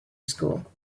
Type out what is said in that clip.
school